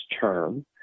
term